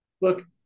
Look